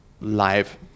live